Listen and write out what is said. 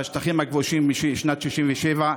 בשטחים הכבושים משנת 67',